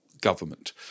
government